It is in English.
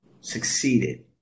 succeeded